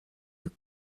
you